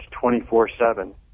24-7